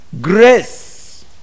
grace